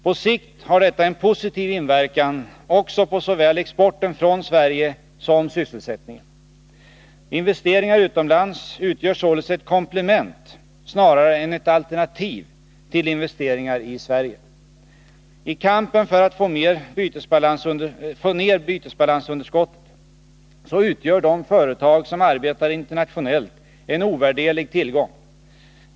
På sikt har detta en positiv inverkan också på såväl exporten från Sverige som sysselsättningen. Investeringar utomlands utgör således ett komplement snarare än ett alternativ till investeringar i Sverige. I kampen för att få ner bytesbalansunderskottet utgör de företag som arbetar internationellt en ovärdelig tillgång.